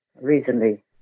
recently